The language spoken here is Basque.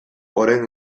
orain